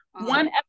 One